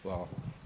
Hvala.